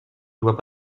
dois